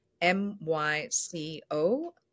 M-Y-C-O